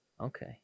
Okay